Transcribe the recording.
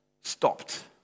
stopped